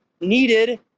needed